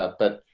ah but